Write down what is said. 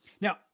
Now